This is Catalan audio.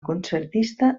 concertista